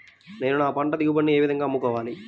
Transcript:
నేను నా పంట దిగుబడిని ఏ విధంగా అమ్ముకోవాలి?